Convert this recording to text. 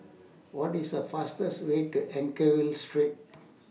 What IS The fastest Way to Anchorvale Street